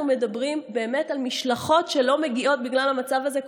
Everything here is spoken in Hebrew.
אנחנו באמת מדברים על משלחות שלא מגיעות בגלל המצב הזה,